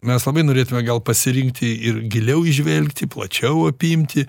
mes labai norėtume gal pasirinkti ir giliau įžvelgti plačiau apimti